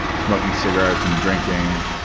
smoking cigarettes and drinking.